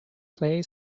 play